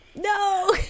No